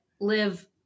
live